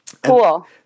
Cool